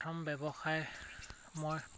প্ৰথম ব্যৱসায় মই